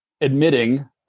admitting